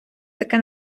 таке